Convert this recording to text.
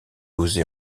osé